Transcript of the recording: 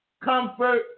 Comfort